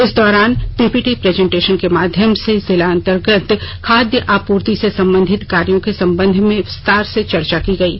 इस दौरान PPT presentation के माध्यम से जिला अंतर्गत खाद्यान्न आपूर्ति से सम्बंधित कार्यों के सम्बंध में विस्तार से चर्चा की गयी